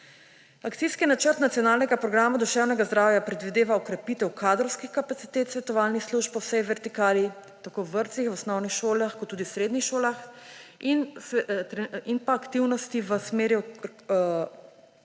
Akcijski načrt Nacionalnega programa duševnega zdravja predvideva okrepitev kadrovskih kapacitet svetovalnih služb po vsej vertikali, tako v vrtcih, osnovnih šolah kot tudi srednjih šolah, in aktivnosti v smeri krepitve